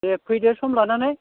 दे फैदो सम लानानै